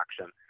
action